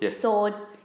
swords